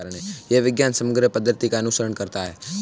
यह विज्ञान समग्र पद्धति का अनुसरण करता है